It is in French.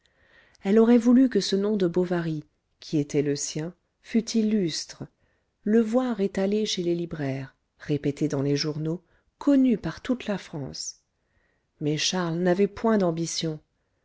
elle aurait voulu que ce nom de bovary qui était le sien fût illustre le voir étalé chez les libraires répété dans les journaux connu par toute la france mais charles n'avait point d'ambition